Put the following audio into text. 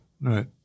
right